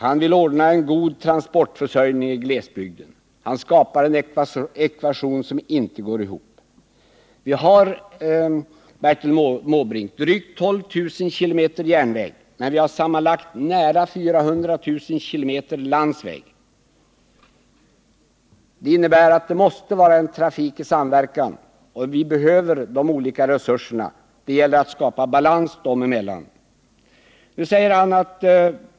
Han vill ordna en god transportförsörjning i glesbygden. Hans argumentation går inte ihop. Vi har, Bertil Måbrink, drygt 12 000 km järnväg, men vi har sammanlagt nära 400 000 km landsväg. Det innebär att vi måste ha en trafik i samverkan. Vi behöver de olika resurserna, och det gäller att skapa balans dem emellan.